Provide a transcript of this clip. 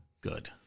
Good